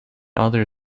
other